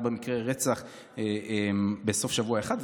ארבע מקרי רצח בסוף שבוע אחד,